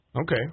Okay